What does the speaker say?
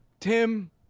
Tim